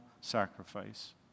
sacrifice